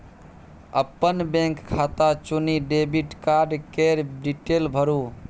अपन बैंक खाता चुनि डेबिट कार्ड केर डिटेल भरु